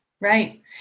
Right